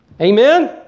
Amen